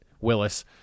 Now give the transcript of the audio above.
Willis